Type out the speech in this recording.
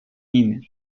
ними